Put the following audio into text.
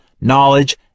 knowledge